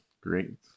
Great